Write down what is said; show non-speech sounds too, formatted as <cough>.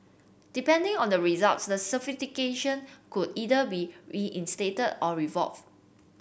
depending on the results the certification could either be reinstated or <unintelligible>